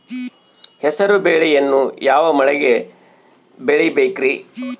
ಹೆಸರುಬೇಳೆಯನ್ನು ಯಾವ ಮಳೆಗೆ ಬೆಳಿಬೇಕ್ರಿ?